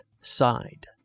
Side